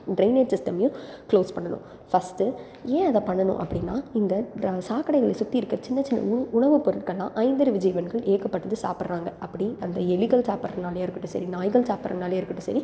drainage சிஸ்டம்யும் close பண்ணணும் first ஏன் அதைப் பண்ணணும் அப்படின்னா இந்த ட சாக்கடைகளை சுற்றி இருக்க சின்னச் சின்ன உண் உணவுப் பொருட்கள்லாம் ஐந்தறிவு ஜீவன்கள் ஏகப்பட்டது சாப்பிட்றாங்க அப்படி அந்த எலிகள் சாப்பிட்றதுனாலயா இருக்கட்டும் சரி நாய்கள் சாப்பிட்றதுனாலயும் இருக்கட்டும் சரி